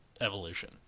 evolution